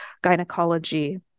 gynecology